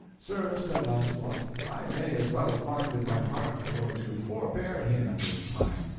sir, said launcelot, i may as well find in my heart for to forbear him at this time,